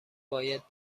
باید